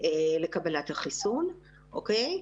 לקבלת החיסון, אוקיי?